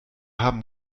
haben